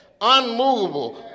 unmovable